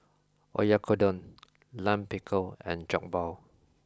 Oyakodon Lime Pickle and Jokbal